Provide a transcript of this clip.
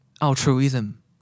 Altruism